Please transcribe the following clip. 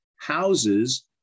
houses